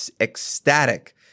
ecstatic